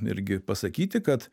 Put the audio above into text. irgi pasakyti kad